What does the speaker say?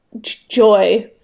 joy